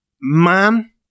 man